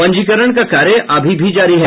पंजीकरण का कार्य अभी भी जारी है